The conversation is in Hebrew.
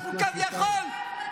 ויחזור ליחידה.